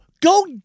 Go